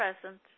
present